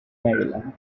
maryland